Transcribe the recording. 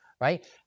right